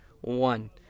one